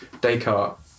Descartes